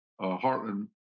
Heartland